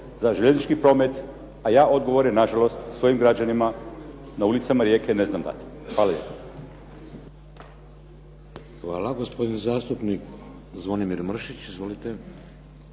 za željeznički promet, a ja odgovore na žalost svojim građanima na ulicama Rijeke ne znam dati. Hvala lijepa. **Šeks, Vladimir (HDZ)** Hvala. Gospodin zastupnik Zvonimir Mršić. Izvolite.